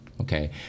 Okay